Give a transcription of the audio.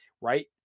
right